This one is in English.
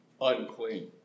unclean